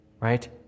right